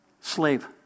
slave